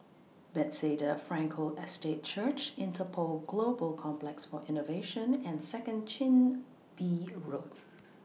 Bethesda Frankel Estate Church Interpol Global Complex For Innovation and Second Chin Bee Road